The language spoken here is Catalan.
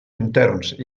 interns